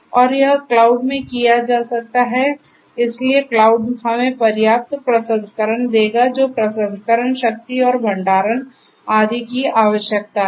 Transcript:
और यह क्लाउड में किया जा सकता है इसलिए क्लाउड हमें पर्याप्त प्रसंस्करण देगा जो प्रसंस्करण शक्ति और भंडारण आदि की आवश्यकता है